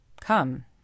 Come